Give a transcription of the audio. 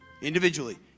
Individually